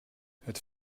het